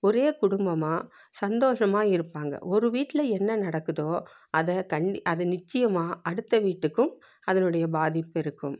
ஒரே குடும்பமாக சந்தோஷமாக இருப்பாங்க ஒரு வீட்டில் என்ன நடக்குதோ அதை கண் அது நிச்சியமாக அடுத்த வீட்டுக்கும் அதனுடைய பாதிப்பு இருக்கும்